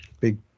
big